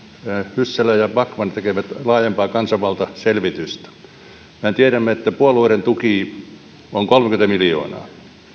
hyssälä ja backman tekevät laajempaa kansanvaltaselvitystä mehän tiedämme että puolueiden tuki on kolmekymmentä miljoonaa